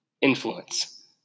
influence